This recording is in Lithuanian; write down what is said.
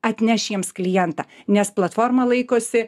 atneš jiems klientą nes platforma laikosi